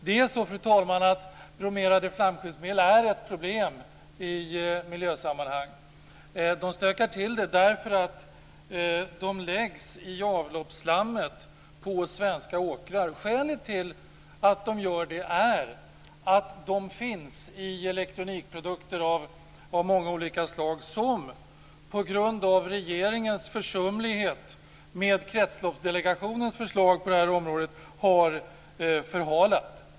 Det är så, fru talman, att bromerade flamskyddsmedel är ett problem i miljösammanhang. De stökar till det, därför att de läggs i avloppsslammet på svenska åkrar. Skälet till att de gör det är att de finns i elektronikprodukter av många olika slag och att regeringen genom försumlighet har förhalat Kretsloppsdelegationens förslag på det här området.